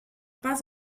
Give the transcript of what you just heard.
pas